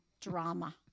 Drama